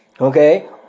okay